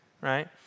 right